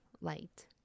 light